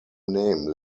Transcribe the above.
name